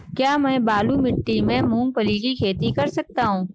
क्या मैं बालू मिट्टी में मूंगफली की खेती कर सकता हूँ?